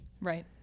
Right